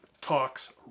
talks